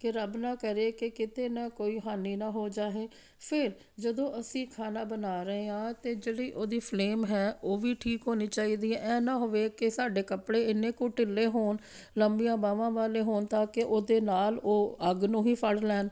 ਕਿ ਰੱਬ ਨਾ ਕਰੇ ਕਿ ਕਿਤੇ ਨਾ ਕੋਈ ਹਾਨੀ ਨਾ ਹੋ ਜਾਏ ਫਿਰ ਜਦੋਂ ਅਸੀਂ ਖਾਣਾ ਬਣਾ ਰਹੇ ਆ ਅਤੇ ਜਿਹੜੀ ਉਹਦੀ ਫਲੇਮ ਹੈ ਉਹ ਵੀ ਠੀਕ ਹੋਣੀ ਚਾਹੀਦੀ ਹੈ ਹੈ ਨਾ ਹੋਵੇ ਕਿ ਸਾਡੇ ਕੱਪੜੇ ਇੰਨੇ ਕੁ ਢਿੱਲੇ ਹੋਣ ਲੰਬੀਆਂ ਬਾਹਵਾਂ ਵਾਲੇ ਹੋਣ ਤਾਂ ਕਿ ਉਹਦੇ ਨਾਲ ਉਹ ਅੱਗ ਨੂੰ ਹੀ ਫੜ ਲੈਣ